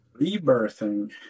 Rebirthing